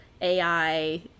ai